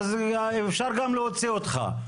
אפשר גם להוציא אותך.